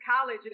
college